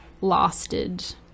lasted